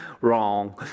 Wrong